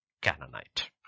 Canaanite